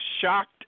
shocked